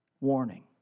warning